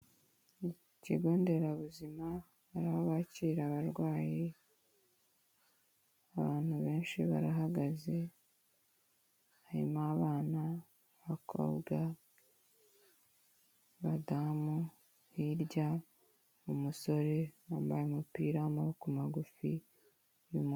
Ikigo nderabuzima hari aho bakirira abarwayi, abantu benshi barahagaze harimo abana, abakobwa, abadamu, hirya umusore wambaye umupira w'amaboko magufi.